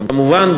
כמובן,